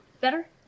Better